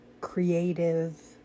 creative